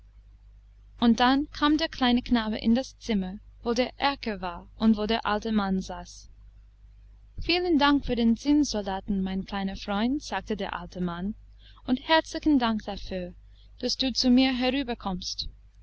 und dann kam der kleine knabe in das zimmer wo der erker war und wo der alte mann saß vielen dank für den zinnsoldaten mein kleiner freund sagte der alte mann und herzlichen dank dafür daß du zu mir